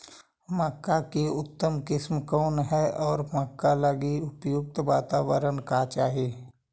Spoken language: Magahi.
मक्का की उतम किस्म कौन है और मक्का लागि उपयुक्त बाताबरण का चाही?